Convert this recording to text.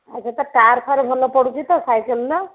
ଆଚ୍ଛା ତାର ଟାର୍ ଫାର୍ ଭଲ ପଡ଼ୁଛି ତ ସାଇକେଲର